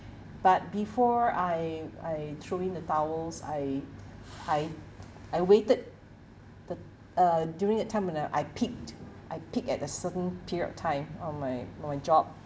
but before I I threw in the towels I I I waited the uh during that time when uh I picked I picked at a certain period of time on my on my job